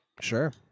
Sure